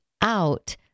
out